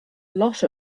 lot